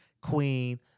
queen